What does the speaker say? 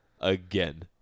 again